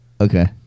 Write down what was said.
Okay